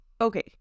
Okay